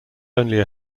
only